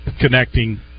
connecting